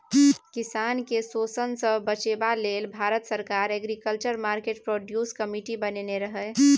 किसान केँ शोषणसँ बचेबा लेल भारत सरकार एग्रीकल्चर मार्केट प्रोड्यूस कमिटी बनेने रहय